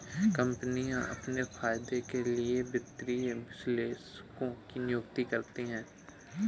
कम्पनियाँ अपने फायदे के लिए वित्तीय विश्लेषकों की नियुक्ति करती हैं